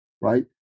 right